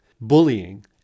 bullying